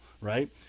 right